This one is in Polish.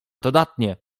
dodatnie